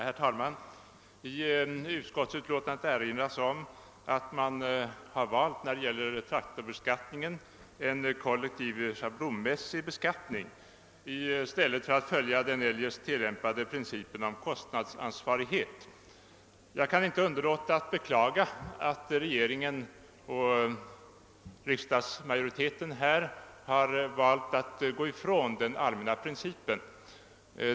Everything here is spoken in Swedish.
Herr talman! I utskottsutlåtandet erinras om att man när det gäller traktorbeskattningen valt en kollektiv schablonmässig beskattning i stället för att följa den eljest tillämpade principen om kostnadsansvarighet. Jag kan inte underlåta att beklaga att regeringen och riksdagsmajoriteten har valt att gå ifrån den allmänna principen.